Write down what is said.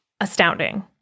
Astounding